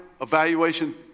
evaluation